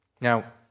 Now